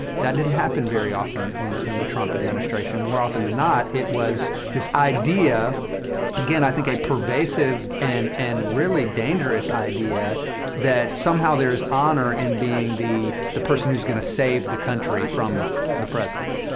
that didn't happen very often in the in the trump administration. more often than not, it was this idea again, i think a pervasive and and really dangerous idea that somehow there is honor in and being the the person who's going to save the country from the president.